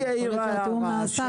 היא העירה הערה,